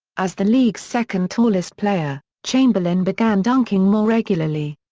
as the league's second tallest player, chamberlain began dunking more regularly.